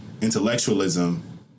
intellectualism